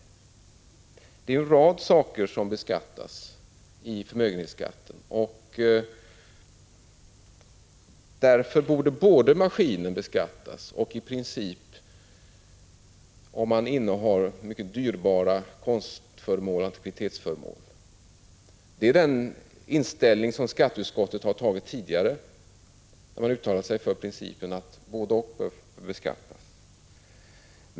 Det flesta tillgångar är förmögenhetsskattepliktiga. Därför borde både maskiner och i princip innehav av mycket dyrbara konstföremål och antikvitetsföremål beskattas. Det är den inställning som skatteutskottet har haft tidigare, då utskottet uttalat sig för principen att både-och bör beskattas.